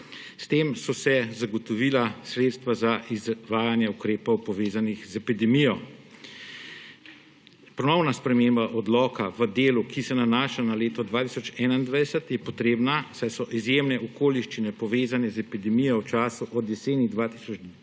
S tem so se zagotovila sredstva za izvajanje ukrepov, povezanih z epidemijo. Ponovna sprememba odloka v delu, ki se nanaša na leto 2021, je potrebna, saj so izjemne okoliščine, povezane z epidemijo, v času od jeseni 2020